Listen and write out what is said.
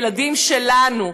ילדים שלנו,